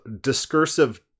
discursive